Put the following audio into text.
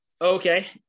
Okay